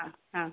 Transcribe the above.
हां हां